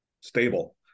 stable